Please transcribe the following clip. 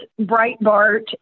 Breitbart